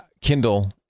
Kindle